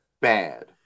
bad